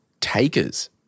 takers